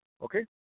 Okay